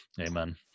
Amen